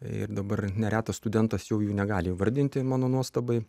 ir dabar neretas studentas jau jų negali įvardinti mano nuostabai